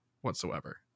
whatsoever